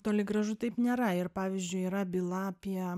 toli gražu taip nėra ir pavyzdžiui yra byla apie